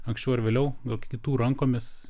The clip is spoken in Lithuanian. anksčiau ar vėliau gal kitų rankomis